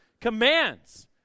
commands